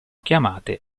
chiamate